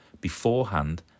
beforehand